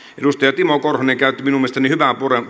edustaja timo korhonen käytti minun mielestäni hyvän